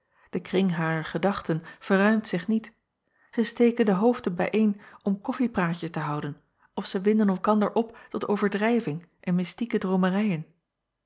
de kring harer gedachten verruimt zich niet zij steken de hoofden bijeen om koffiepraatjes te houden of zij winden elkander op tot overdrijving en mystieke